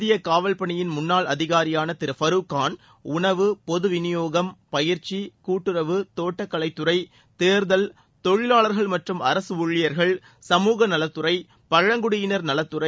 இந்திய காவல்பணியின் முன்னாள் அதிகாரியான திரு ஃபருக்கான் உணவு பொது விநியோகம் பயிற்சி கூட்டுறவு தோட்டக்கலைத்துறை தேர்தல் தொழிவாளர்கள் மற்றும் அரசு ஊழியர்கள் சமூகநலத்துறை பழங்குடியினர் நலத்துறை